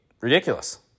ridiculous